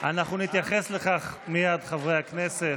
אנחנו נתייחס לכך מייד, חברי הכנסת,